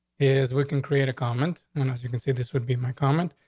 is we can create a comment. unless you can see, this would be my comment.